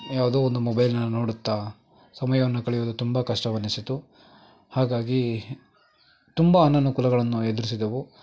ಯಾವುದೋ ಒಂದು ಮೊಬೈಲನ್ನು ನೋಡುತ್ತಾ ಸಮಯವನ್ನು ಕಳೆಯುವುದು ತುಂಬ ಕಷ್ಟವನಿಸಿತು ಹಾಗಾಗಿ ತುಂಬ ಅನನುಕೂಲಗಳನ್ನು ಎದುರಿಸಿದೆವು